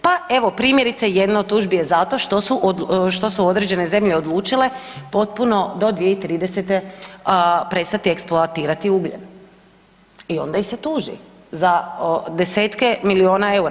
Pa evo primjerice jedna od tužbi je zato što su određene zemlje odlučile potpuno do 2030. prestati eksploatirati ugljen i onda ih se tuži za desetke milijuna eura.